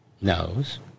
knows